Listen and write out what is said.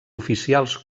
oficials